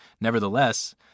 Nevertheless